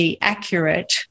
accurate